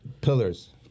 pillars